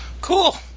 cool